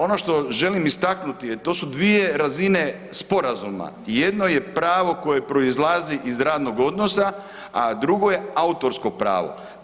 Ono što želim istaknuti to su dvije razine sporazuma, jedno je pravo koje proizlazi iz radnog odnosa, a drugo je autorsko pravo.